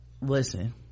listen